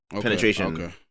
penetration